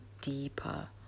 deeper